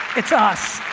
it's us.